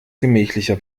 gemächlicher